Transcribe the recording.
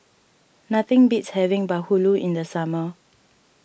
nothing beats having Bahulu in the summer